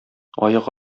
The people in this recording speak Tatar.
аяк